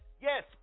yes